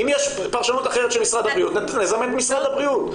אם יש פרשנות אחרת של משרד הבריאות נזמן את משרד הבריאות,